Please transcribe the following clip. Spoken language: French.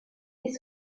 des